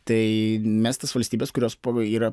tai mes tas valstybes kurios yra